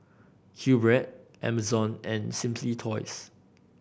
Q Bread Amazon and Simply Toys